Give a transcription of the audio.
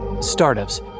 Startups